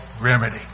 remedy